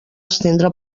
estendre